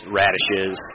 radishes